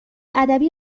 ادبی